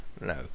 no